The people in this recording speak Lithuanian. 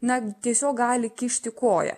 net tiesiog gali kišti koją